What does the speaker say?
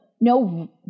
no